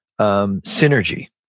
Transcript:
synergy